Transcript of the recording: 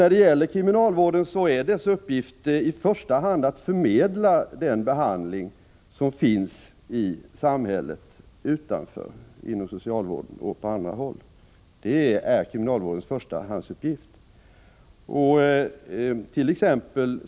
När det gäller kriminalvården är dess uppgift i första hand att förmedla den behandling som finns i samhället utanför kriminalvården — inom socialvården och på andra håll. Det är kriminalvårdens förstahandsuppgift.